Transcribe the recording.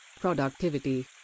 productivity